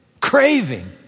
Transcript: Craving